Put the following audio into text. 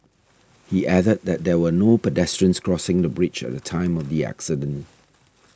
he added that there were no pedestrians crossing the bridge at the time of the accident